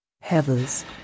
heavens